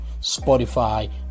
Spotify